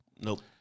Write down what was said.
Nope